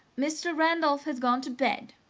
mr. randolph has gone to bed!